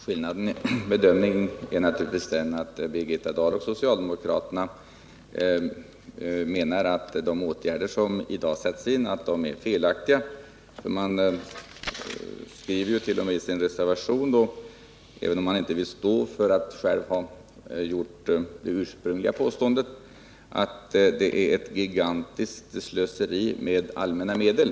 Herr talman! Birgitta Dahl och socialdemokraterna menar tydligen att de åtgärder som i dag sätts in är felaktiga. Även om man inte står för att själv ha gjort det ursprungliga påståendet så skriver man i sin reservation att det är ett gigantiskt slöseri med allmänna medel.